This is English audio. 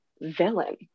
villain